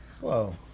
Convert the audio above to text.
Whoa